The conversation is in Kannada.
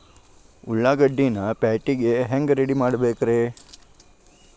ಉಳ್ಳಾಗಡ್ಡಿನ ಪ್ಯಾಟಿಗೆ ಹ್ಯಾಂಗ ರೆಡಿಮಾಡಬೇಕ್ರೇ?